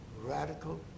radical